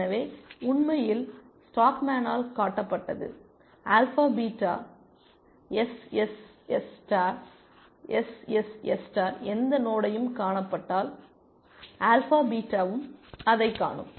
எனவே உண்மையில் ஸ்டாக்மேனால் காட்டப்பட்டது alpha beta SSS star SSS star எந்த நோடையும் காணப்பட்டால் ஆல்பா பீட்டாவும் அதைக் காணும்